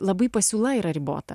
labai pasiūla yra ribota